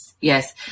yes